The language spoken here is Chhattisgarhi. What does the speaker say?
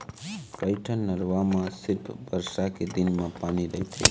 कइठन नरूवा म सिरिफ बरसा के दिन म पानी रहिथे